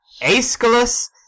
Aeschylus